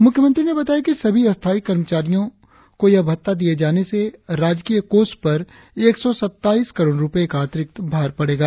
मुख्यमंत्री ने बताया कि सभी स्थायी कर्मचारियों ने को यह भत्ता दिये जाने से राजकीय कोष पर एक सौ सत्ताईस करोड़ रुपये का अतिरिक्त भार पड़ेगा